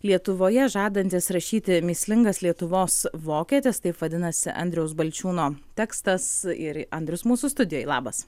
lietuvoje žadantis rašyti mįslingas lietuvos vokietis taip vadinasi andriaus balčiūno tekstas ir andrius mūsų studijoj labas